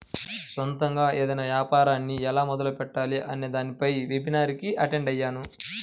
సొంతగా ఏదైనా యాపారాన్ని ఎలా మొదలుపెట్టాలి అనే దానిపై వెబినార్ కి అటెండ్ అయ్యాను